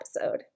episode